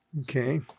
Okay